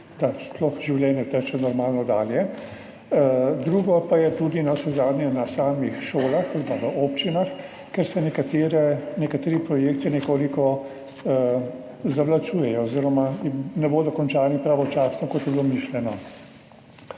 da sploh teče življenje normalno dalje. Drugo pa je, navsezadnje tudi na samih šolah ali pa v občinah, ker se nekateri projekti nekoliko zavlačujejo oziroma ne bodo končani pravočasno, kot je bilo mišljeno.